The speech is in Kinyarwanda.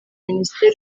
minisitiri